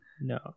No